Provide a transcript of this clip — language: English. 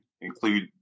include